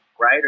right